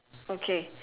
okay